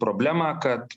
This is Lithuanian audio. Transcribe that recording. problema kad